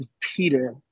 Peter